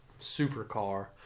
supercar